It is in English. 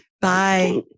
Bye